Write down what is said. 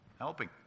helping